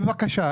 בבקשה,